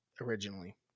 originally